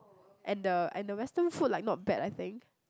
and the and the Western food like not bad I think